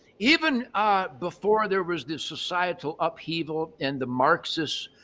even before there was this societal upheaval and the marxists